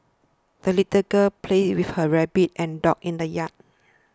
the little girl played with her rabbit and dot in the yard